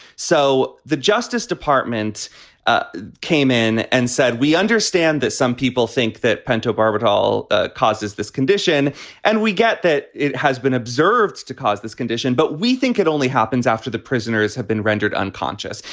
so the justice department ah came in and said, we understand that some people think that pentobarbital ah causes this condition and we get that it has been observed to cause this condition. but we think it only happens after the prisoners have been rendered unconscious.